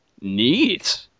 Neat